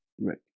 Right